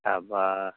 তাৰপৰা